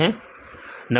विद्यार्थी 100